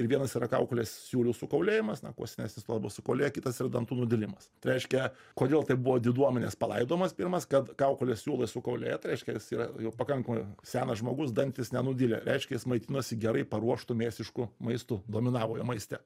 ir vienas yra kaukolės siūlių sukaulėjimas na kuo senesnis kuo labiau sukaulėję kitas yra dantų nudilimas tai reiškia kodėl tai buvo diduomenės palaidojimas pirmas kad kaukolės siūlai sukaulėję tai reiškia jis yra jau pakankamai senas žmogus dantys nenudilę reiškia jis maitinosi gerai paruoštu mėsišku maistu dominavo jo maiste